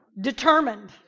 determined